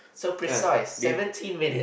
so precise seventeen minutes